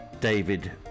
David